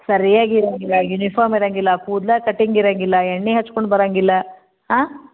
ಸರ್ಯಾಗಿ ಇರೋಂಗಿಲ್ಲ ಯೂನಿಫಾಮ್ ಇರೋಂಗಿಲ್ಲ ಕೂದ್ಲು ಕಟಿಂಗ್ ಇರೋಂಗಿಲ್ಲ ಎಣ್ಣೆ ಹಚ್ಕೊಂಡು ಬರೋಂಗಿಲ್ಲ ಹಾಂ